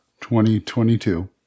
2022